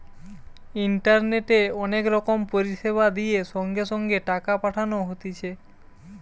ইন্টারনেটে অনেক রকম পরিষেবা দিয়ে সঙ্গে সঙ্গে টাকা পাঠানো হতিছে